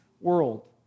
world